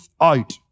out